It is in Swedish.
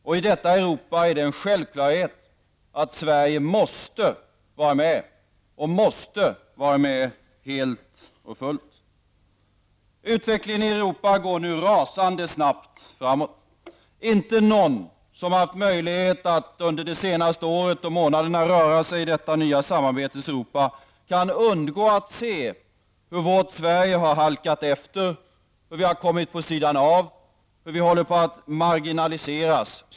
Och i detta Europa är det en självklarhet att Sverige måste vara med helt och fullt. Utvecklingen i Europa går nu rasande snabbt framåt. Inte någon som haft möjlighet att under det senaste året och månaderna röra sig i detta nya samarbetets Europa kan undgå att se hur vårt Sverige har halkat efter, hur vi kommit på sidan av och hur vi håller på att marginaliseras.